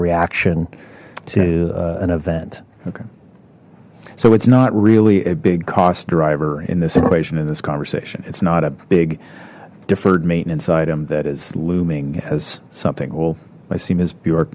reaction to an event okay so it's not really a big cost driver in this equation in this conversation it's not a big deferred maintenance item that is looming as something cool i see ms